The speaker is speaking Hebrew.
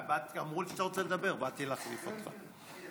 אמרו לי שאתה רוצה לדבר, באתי להחליף אותך ברצון.